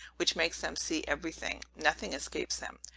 which makes them see every thing nothing escapes them.